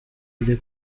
iri